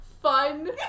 fun